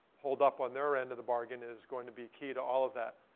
hold up on their end of the bargain is going to be key to all of that.